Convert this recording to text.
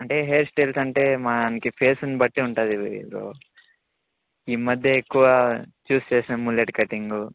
అంటే hair styles అంటే మనకుఫేసుని బట్టి ఉంటుంది ఈమధ్య ఎక్కువ చూస్ చేసినా ముల్లెట్ కటింగు